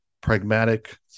pragmatic